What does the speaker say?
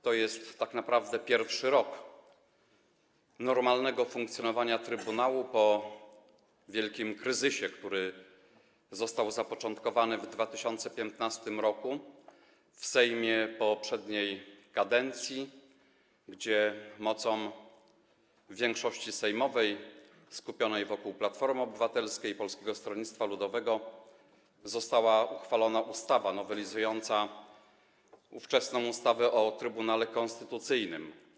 To jest tak naprawdę pierwszy rok normalnego funkcjonowania trybunału po wielkim kryzysie, który został zapoczątkowany w 2015 r. w Sejmie poprzedniej kadencji, gdzie mocą większości sejmowej skupionej wokół Platformy Obywatelskiej i Polskiego Stronnictwa Ludowego została uchwalona ustawa nowelizująca ówczesną ustawę o Trybunale Konstytucyjnym.